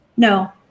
No